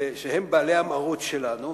שהם בעלי המרות שלנו,